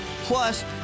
Plus